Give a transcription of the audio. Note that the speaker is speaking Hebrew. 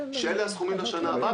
שאלה הסכומים לשנה הבאה,